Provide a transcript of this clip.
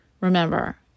remember